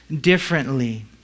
differently